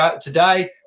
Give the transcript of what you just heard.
today